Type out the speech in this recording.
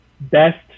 best